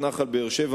תודה רבה.